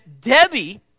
Debbie